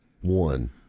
One